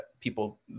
people